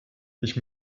ich